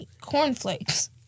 Cornflakes